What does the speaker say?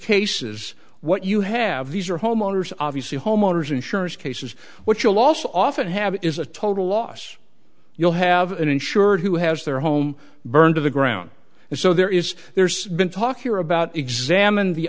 cases what you have these are homeowners obviously homeowners insurance cases what you'll also often have is a total loss you'll have an insured who has their home burned to the ground and so there is there's been talk here about examined the